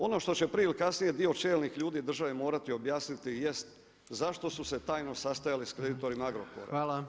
Ono što će prije ili kasnije dio čelnih ljudi države morati objasniti jest zašto su se tajno sastajali sa kreditorima Agrokora